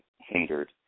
hindered